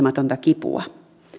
hallitsematonta kipua